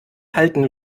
halten